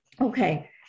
okay